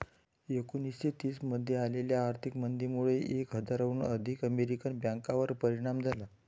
एकोणीसशे तीस मध्ये आलेल्या आर्थिक मंदीमुळे एक हजाराहून अधिक अमेरिकन बँकांवर परिणाम झाला